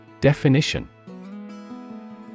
Definition